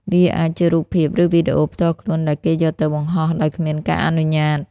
វាអាចជារូបភាព ឬវីដេអូផ្ទាល់ខ្លួនដែលគេយកទៅបង្ហោះដោយគ្មានការអនុញ្ញាត។